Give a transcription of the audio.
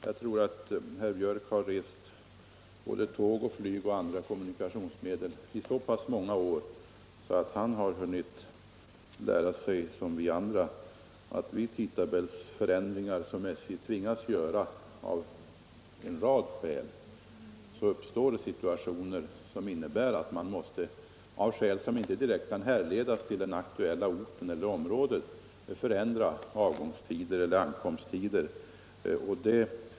Jag tror att herr Björck har rest med både tåg, flyg och andra kommunikationsmedel i så pass många år att han har hunnit lära sig, liksom vi andra har lärt oss, att vid tidtabellsändringar som SJ tvingas göra av en rad skäl, uppstår det situationer som innebär att man måste — av orsaker som inte direkt kan härledas till den aktuella orten eller det aktuella området — ändra avgångseller ankomsttider.